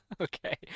okay